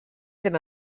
ddim